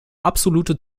absolute